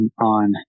on